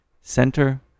center